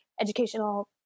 educational